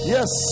Yes